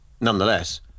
Nonetheless